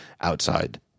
outside